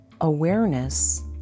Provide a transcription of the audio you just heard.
awareness